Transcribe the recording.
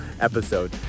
episode